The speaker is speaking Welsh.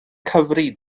cyfrif